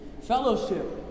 Fellowship